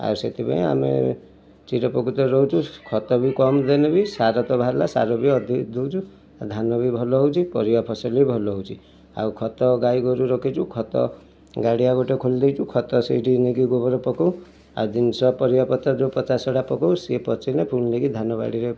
ଆଉ ସେଥିପାଇଁ ଆମେ ଚିରୋପକୃତ ରହୁଛୁ ଖତ ବି କମ୍ ଦେନେ ବି ସାର ତ ବାହାରିଲା ସାର ଅଧିକ ଦେଉଛୁ ଧାନ ବି ଭଲ ହେଉଛି ପରିବା ଫସଲ ବି ଭଲ ହେଉଛି ଆଉ ଖତ ଗାଈ ଗୋରୁ ରଖିଛୁ ଖତ ଗାଡ଼ିଆ ଗୋଟେ ଖୋଳି ଦେଇଛୁ ଖତ ସେଇଠି ନେଇକି ଗୋବର ପକାଉ ଆଉ ଜିନିଷ ପରିବା ପତ୍ର ଯେଉଁ ପଚା ଶଢ଼ା ପକାଉ ସେ ପଚିଲେ ପୁଣି ନେଇକି ଧାନ ବାଡ଼ିରେ